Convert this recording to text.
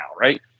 Right